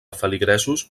feligresos